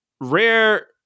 Rare